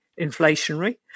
inflationary